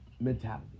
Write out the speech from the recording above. mentality